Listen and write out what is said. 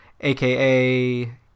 aka